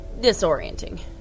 disorienting